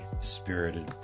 Spirited